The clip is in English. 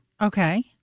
Okay